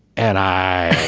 and i